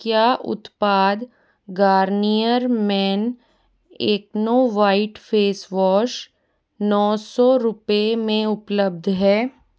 क्या उत्पाद Garnier men acno white face wash नौ सौ रुपये में उपलब्ध है